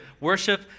worship